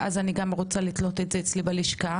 ואז אני רוצה לתלות גם אצלי בלשכה.